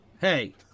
Hey